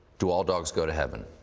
do all dogs go to heaven?